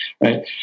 right